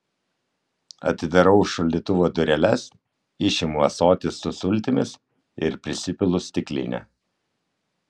atidarau šaldytuvo dureles išimu ąsotį su sultimis ir prisipilu stiklinę